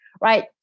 right